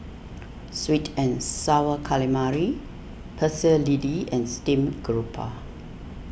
Sweet and Sour Calamari Pecel Lele and Steamed Garoupa